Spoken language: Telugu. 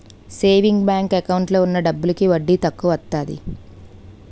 సేవింగ్ బ్యాంకు ఎకౌంటు లో ఉన్న డబ్బులకి వడ్డీ తక్కువత్తాది